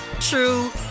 true